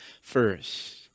first